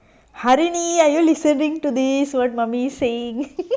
harini are you listening to this what mummy is saying